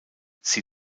sie